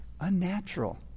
unnatural